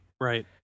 Right